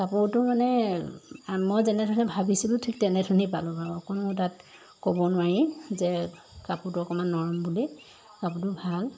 কাপোৰটো মানে মই যেনেধৰণে ভাবিছিলোঁ ঠিক তেনেধৰণেই পালোঁ বাৰু অকণো তাত ক'ব নোৱাৰি যে কাপোৰটো অকণমান নৰম বুলি কাপোৰটো ভাল